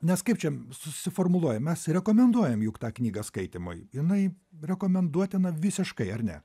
nes kaip čia susiformuluoja mes rekomenduojam juk tą knygą skaitymui jinai rekomenduotina visiškai ar ne